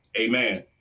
amen